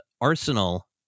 arsenal